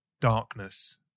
darkness